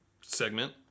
segment